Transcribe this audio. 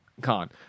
con